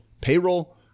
Payroll